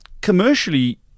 Commercially